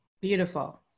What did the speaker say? Beautiful